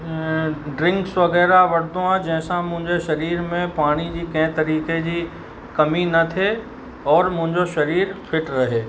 drinks वग़ैरह वठंदो आहियां जंहिंसां मुंहिंजे शरीर में पाणी जी कंहिं तरीक़े जी कमी न थिए और मुंहिंजो शरीर फिट रहे